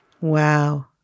Wow